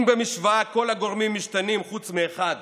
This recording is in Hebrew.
אם במשוואה כל הגורמים משתנים חוץ מאחד